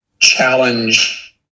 challenge